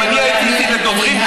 אם אני עניתי לדוברים,